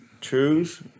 choose